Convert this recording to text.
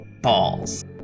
Balls